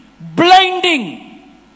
Blinding